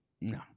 No